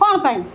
କ'ଣ ପାଇଁ